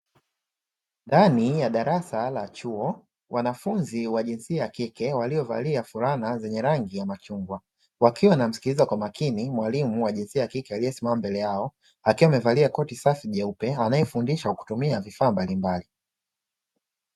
Ndani ya darasa la chuo, wanafunzi wa jinsia ya kike waliovalia fulana zenye rangi ya machungwa, wakiwa wanamsikiliza kwa makini mwalimu wa jinsia ya kike aliyesimama mbele yao akiwa amevalia koti safi jeupe anayefundisha kwa kutumia vifaa mbalimbali.